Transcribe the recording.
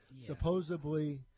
Supposedly